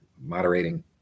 moderating